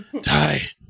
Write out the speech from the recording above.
Die